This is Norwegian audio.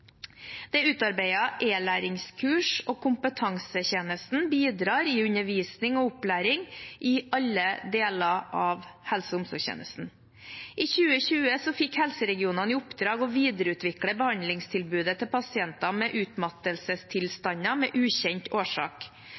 Det er utarbeidet e-læringskurs, og kompetansetjenesten bidrar i undervisning og opplæring i alle deler av helse- og omsorgstjenesten. I 2020 fikk helseregionene i oppdrag å videreutvikle behandlingstilbudet til pasienter med utmattelsestilstander med ukjent årsak.